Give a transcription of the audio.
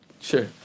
Sure